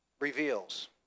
reveals